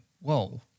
whoa